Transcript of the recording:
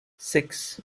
six